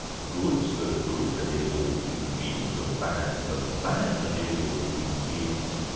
goods that are good for nearly all human beings, and bads that are bad for nearly all human beings,